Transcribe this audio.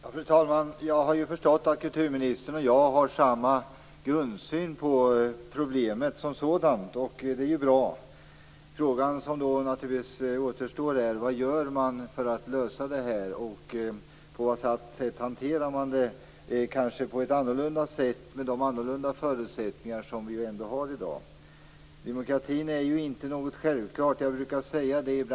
Fru talman! Jag har förstått att kulturministern och jag har samma grundsyn på problemet som sådant, och det är ju bra. Frågan som återstår är: Vad gör man för att lösa det här? Hanterar man det på ett annorlunda sätt med de annorlunda förutsättningar som vi ju har i dag? Demokratin är inte något självklart.